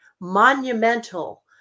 monumental